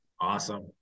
Awesome